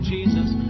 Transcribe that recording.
Jesus